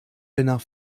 enough